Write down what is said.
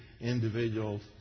individuals